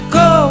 go